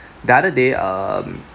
the other day um